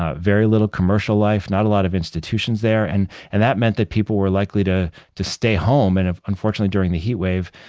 ah very little commercial life, not a lot of institutions there. and and that meant that people were likely to to stay home, and unfortunately during the heatwave,